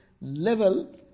level